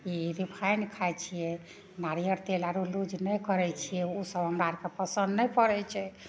ई refined खाइ छियै नारियल तेल आर उ यूज नहि करय छियै उसब हमरा आरके पसन्द नहि पड़य छै